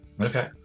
Okay